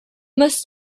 must